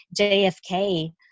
JFK